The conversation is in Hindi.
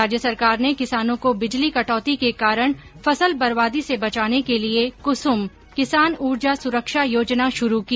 राज्य सरकार ने किसानों को बिजली कटौती के कारण फसल बरबादी से बचाने के लिए कुसुम किसान ऊर्जा सुरक्षा योजना शुरू की